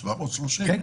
730. כן,